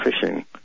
fishing